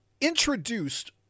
introduced